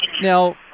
Now